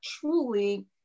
truly